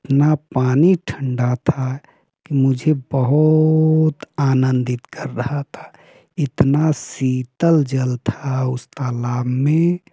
इतना पानी ठंडा था मुझे बहुत आनंदित कर रहा था इतना शीतल जल था उस तालाब में